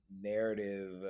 narrative